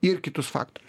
ir kitus faktorius